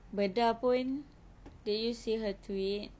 bedah pun did you see her tweet